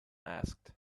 asked